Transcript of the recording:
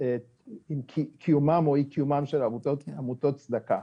כי החברה הערבית צריכה ייצוג.